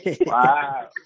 Wow